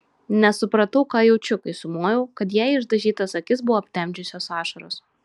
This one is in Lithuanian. nesupratau ką jaučiu kai sumojau kad jai išdažytas akis buvo aptemdžiusios ašaros